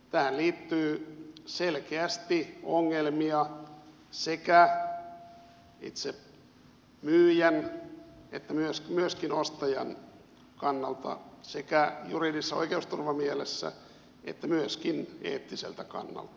tähän liittyy selkeästi ongelmia sekä itse myyjän että myöskin ostajan kannalta sekä oikeusturvamielessä että myöskin eettiseltä kannalta